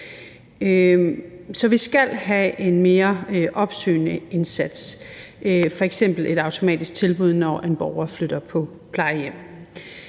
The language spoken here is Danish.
Så vi skal have en mere opsøgende indsats, f.eks. et automatisk tilbud, når en borger flytter på plejehjem.